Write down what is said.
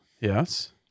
yes